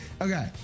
Okay